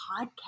podcast